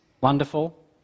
wonderful